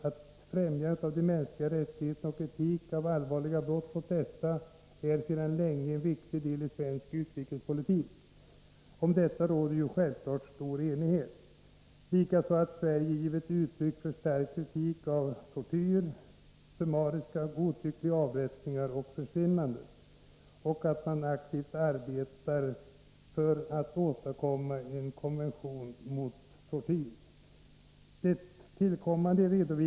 Den svenska opinionen reagerar upprört på de grymheter som människor i Iran utsätts för. Sverige har med kraft arbetat för dödsstraffets avskaffande och för en internationell konvention mot detta.